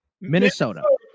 Minnesota